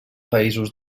països